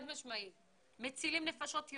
אנחנו כל הזמן משתפרים.